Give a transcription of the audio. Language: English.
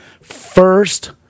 first